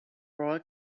royal